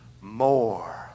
more